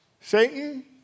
Satan